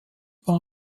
war